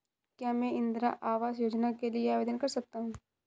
क्या मैं इंदिरा आवास योजना के लिए आवेदन कर सकता हूँ?